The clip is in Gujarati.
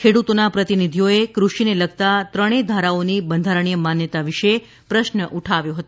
ખેડૂતોના પ્રતિનિધિઓએ કૃષિને લગતાં ત્રણે ધારાઓની બંધારણીય માન્યતા વિશે પ્રશ્ન ઉઠાવ્યો હતો